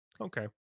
okay